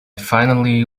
finally